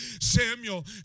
Samuel